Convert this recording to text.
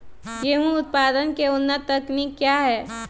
गेंहू उत्पादन की उन्नत तकनीक क्या है?